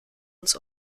uns